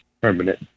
permanent